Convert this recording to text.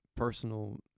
Personal